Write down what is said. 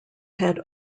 head